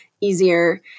easier